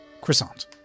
croissant